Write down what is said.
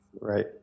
Right